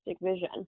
vision